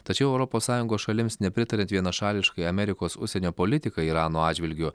tačiau europos sąjungos šalims nepritariant vienašališkai amerikos užsienio politikai irano atžvilgiu